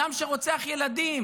אדם שרוצח ילדים?